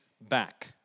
back